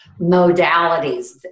modalities